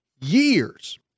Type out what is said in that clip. years